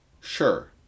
Sure